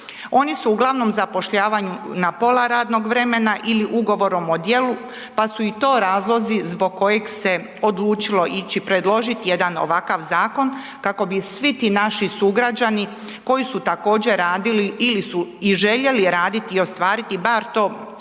Oni su uglavnom zapošljavani na pola radnog vremena ili Ugovorom o djelu, pa su i to razlozi zbog kojeg se odlučilo ići predložit jedan ovakav zakon kako bi svi ti naši sugrađani koji su također radili ili su i željeli raditi i ostvariti bar to pravo